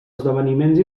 esdeveniments